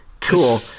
Cool